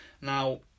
Now